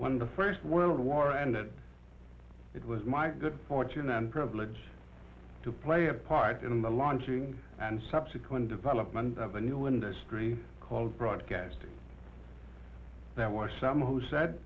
of the first world war ended it was my good fortune and privilege to play a part in the launching and subsequent development of a new industry called broadcasting that why some who said